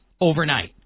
overnight